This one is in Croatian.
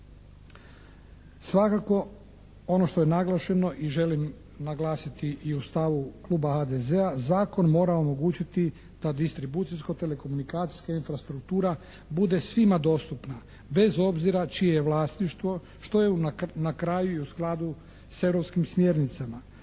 Svakako ono što je naglašeno i želim naglasiti i u stavu kluba HDZ-a zakon mora omogućiti da distribucijsko-telekomunikacijska infrastruktura bude svima dostupna bez obzira čije je vlasništvo, što je na kraju i u skladu s europskim smjernicama.